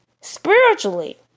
Spiritually